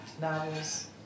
novels